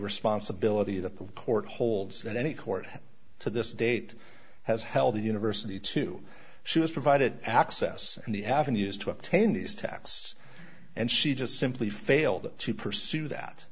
responsibility that the court holds that any court to this date has held the university to she has provided access and the avenues to obtain these texts and she just simply failed to pursue that